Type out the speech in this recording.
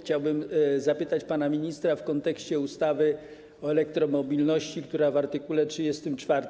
Chciałbym zapytać pana ministra w kontekście ustawy o elektromobilności, która w art. 34